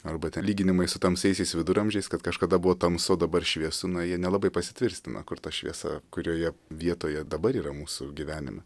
arba tie lyginimai su tamsiaisiais viduramžiais kad kažkada buvo tamsu dabar šviesu jie nelabai pasitvirtina kur ta šviesa kurioje vietoje dabar yra mūsų gyvenime